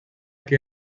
que